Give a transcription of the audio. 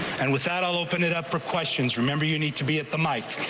and with that i'll open it up for questions remember you need to be at the mike.